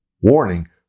warning